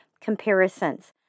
comparisons